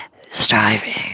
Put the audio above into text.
striving